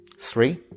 three